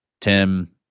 Tim